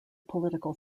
political